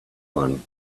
one